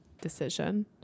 decision